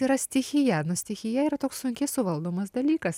yra stichija stichija yra toks sunkiai suvaldomas dalykas